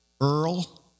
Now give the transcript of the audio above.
Earl